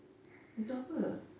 untuk apa